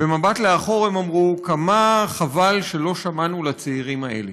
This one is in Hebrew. במבט לאחור הם אמרו: כמה חבל שלא שמענו לצעירים האלה,